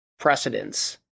precedence